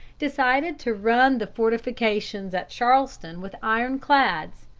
decided to run the fortifications at charleston with iron-clads,